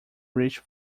reach